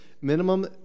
Minimum